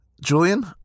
julian